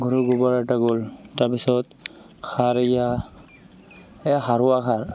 গৰুৰ গোবৰ এটা গ'ল তাৰপিছত সাৰ এইয়া এয়া সাৰুৱা সাৰ